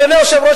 אדוני היושב-ראש,